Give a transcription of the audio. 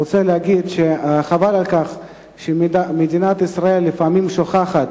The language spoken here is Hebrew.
אני רוצה להגיד שחבל שמדינת ישראל לפעמים שוכחת